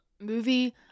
movie